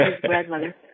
grandmother